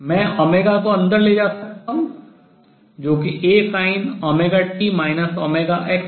मैं ω को अंदर ले जा सकता हूँ जो कि Asin ωt ωxv है